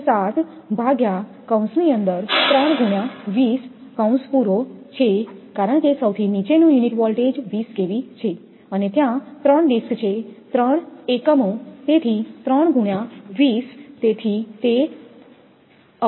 7 ભાગ્યા 320 છે કારણ કે સૌથી નીચેનું યુનિટ વોલ્ટેજ 20 kV છે અને ત્યાં ત્રણ ડિસ્ક છે ત્રણ એકમો તેથી 3 ગુણ્યા 20 તેથી તે 79